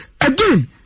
again